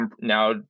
now